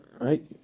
right